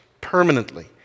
permanently